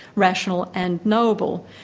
rational and knowable.